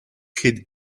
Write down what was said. kid